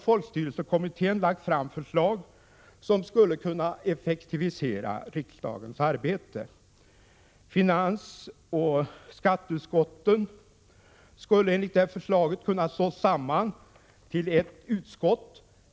Folkstyrelsekommittén har lagt fram förslag som skulle kunna effektivisera riksdagens arbete. Finansoch skatteutskotten skulle enligt förslaget kunna slås samman till ett utskott.